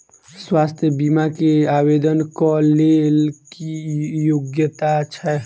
स्वास्थ्य बीमा केँ आवेदन कऽ लेल की योग्यता छै?